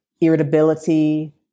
irritability